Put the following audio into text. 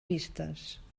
vistes